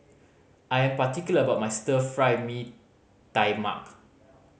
I am particular about my Stir Fry Mee Tai Mak